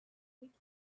week